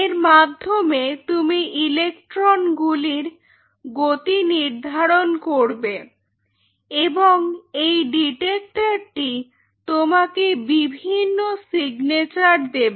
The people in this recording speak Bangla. এর মাধ্যমে তুমি ইলেকট্রনগুলির গতি নির্ধারণ করবে এবং এই ডিটেক্টরটি তোমাকে বিভিন্ন সিগনেচার দেবে